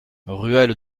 ruelle